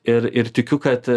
ir ir tikiu kad